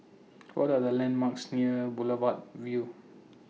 What Are The landmarks near Boulevard Vue